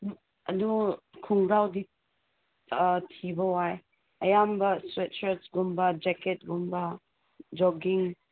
ꯑꯗꯨ ꯈꯣꯡꯒ꯭ꯔꯥꯎꯗꯤ ꯊꯤꯕ ꯋꯥꯏ ꯑꯌꯥꯝꯕ ꯁ꯭ꯋꯦꯠ ꯁꯔꯠꯀꯨꯝꯕ ꯖꯦꯀꯦꯠꯀꯨꯝꯕ ꯖꯣꯒꯤꯡ